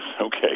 okay